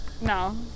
No